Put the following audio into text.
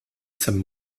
some